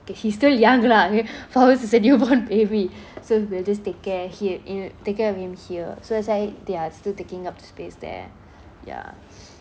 okay he's still young lah I mean faust is a newborn baby so we'll just take care here in take care of him here so that's why they are still taking up space there ya